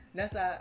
nasa